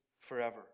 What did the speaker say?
forever